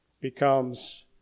becomes